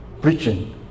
preaching